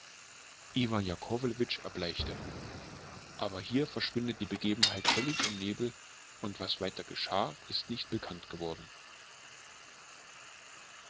iwan jakowlewitsch erbleichte aber hier verschwindet die begebenheit völlig im nebel und was weiter geschah ist nicht bekannt geworden